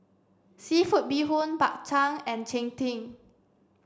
Seafood Bee Hoon Bak Chang and Cheng Tng